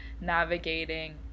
navigating